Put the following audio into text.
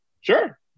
sure